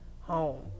home